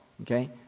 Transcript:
Okay